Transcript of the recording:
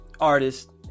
artist